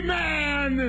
man